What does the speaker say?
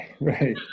right